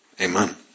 Amen